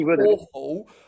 awful